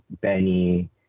Benny